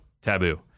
Taboo